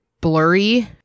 blurry